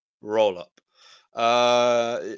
roll-up